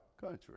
country